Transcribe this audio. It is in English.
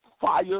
fire